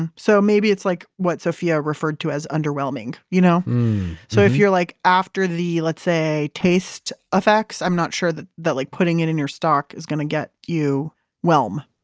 and so, maybe it's like what sophia referred to as underwhelming you know so, if you're like after the, let's say, taste effects, i'm not sure that that like putting it in your stock is going to get you whelm,